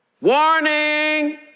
Warning